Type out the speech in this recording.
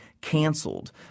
Canceled